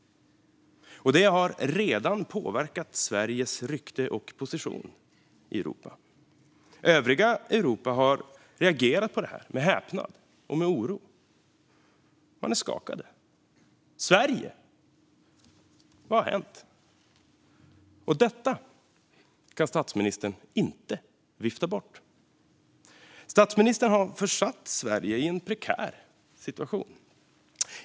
Och det har redan påverkat Sveriges rykte och position i Europa. Övriga Europa har reagerat på detta med häpnad och med oro. Man är skakad. Sverige? Vad har hänt? Detta kan statsministern inte vifta bort. Statsministern har försatt Sverige i en prekär situation.